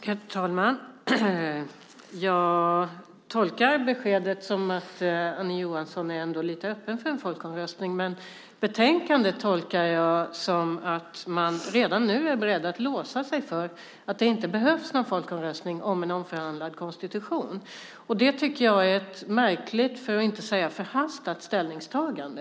Herr talman! Jag tolkar beskedet som att Annie Johansson ändå är lite öppen för en folkomröstning. Men betänkandet tolkar jag som att man redan nu är beredd att låsa sig för att det inte behövs någon folkomröstning om en omförhandlad konstitution. Det är ett märkligt för att inte säga förhastat ställningstagande.